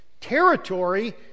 territory